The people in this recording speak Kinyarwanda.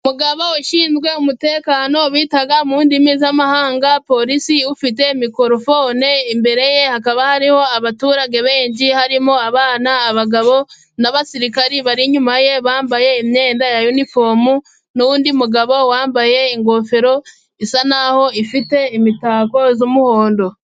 Umugabo ushinzwe umutekano bita mu ndimi z'amahanga polisi ufite mikorofone, imbere ye hakaba hariho abaturage benshi harimo abana, abagabo n'abasirikare. Bari inyuma ye bambaye imyenda ya iniforome n'undi mugabo wambaye ingofero isa naho ifite imitako y'umuhondo.